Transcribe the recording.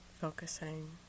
focusing